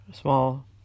Small